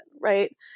right